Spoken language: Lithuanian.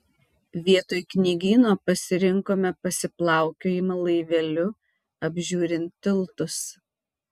vietoj knygyno pasirinkome pasiplaukiojimą laiveliu apžiūrint tiltus